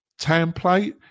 template